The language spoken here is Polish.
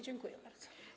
Dziękuję bardzo.